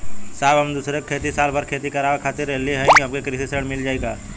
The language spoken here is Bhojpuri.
साहब हम दूसरे क खेत साल भर खेती करावे खातिर लेहले हई हमके कृषि ऋण मिल जाई का?